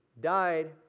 died